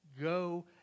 go